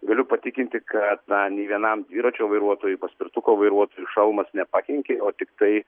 galiu patikinti kad dar nė vienam dviračio vairuotojui paspirtuko vairuotojų šalmas nepakenkė o tiktai